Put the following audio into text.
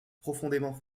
profondément